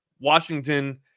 Washington